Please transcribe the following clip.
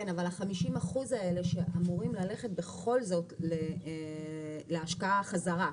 אבל ה-50% האלה שאמורים ללכת בכל זאת להשקעה חזרה,